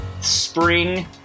spring